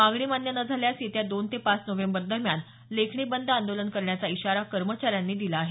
मागणी मान्य न झाल्यास येत्या दोन ते पाच नोव्हेंबर दरम्यान लेखणी बद आंदोलन करण्याचा इशारा कर्मचाऱ्यांनी दिला आहे